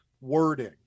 wording